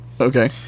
Okay